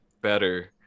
better